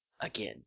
again